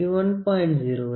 0851